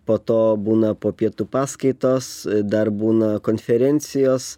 po to būna po pietų paskaitos dar būna konferencijos